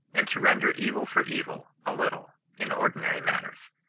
and to render evil for evil a little, in ordinary matters.